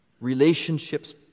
relationships